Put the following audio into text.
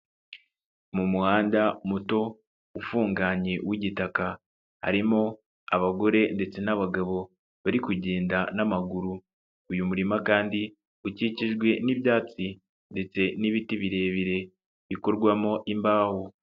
Mu muhanda muto ufunganye w'igitaka harimo abagore ndetse n'abagabo bari kugenda n'amaguru. Uyu murima kandi ukikijwe n'ibyatsi ndetse n'ibiti birebire bikorwamo imbaho.